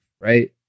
right